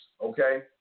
Okay